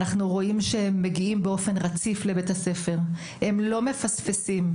אנחנו רואים שהם מגיעים באופן רציף לבית הספר ולא מפספסים,